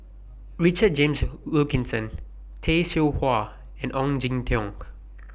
Richard James Wilkinson Tay Seow Huah and Ong Jin Teong